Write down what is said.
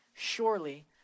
Surely